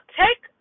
take